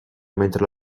mentre